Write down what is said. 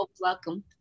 welcome